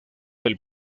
del